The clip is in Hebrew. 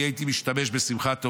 אני הייתי משתמש בשמחת תורה,